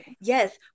Yes